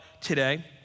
today